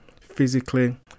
physically